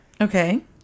Okay